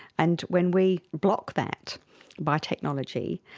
and when we block that biotechnology,